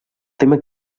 tema